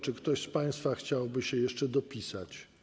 Czy ktoś z państwa chciałby się jeszcze dopisać?